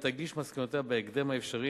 ותגיש מסקנותיה בהקדם האפשרי,